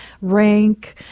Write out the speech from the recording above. rank